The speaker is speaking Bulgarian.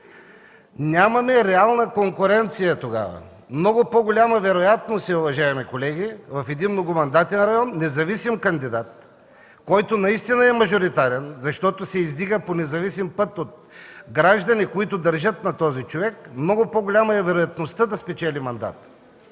Нямаме реална конкуренция тогава. Много по-голяма е вероятността, уважаеми колеги, в един многомандатен район независим кандидат, който наистина е мажоритарен, защото се издига по независим път от граждани, които държат на този човек, да спечели мандата.